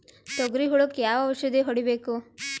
ತೊಗರಿ ಹುಳಕ ಯಾವ ಔಷಧಿ ಹೋಡಿಬೇಕು?